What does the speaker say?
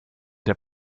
der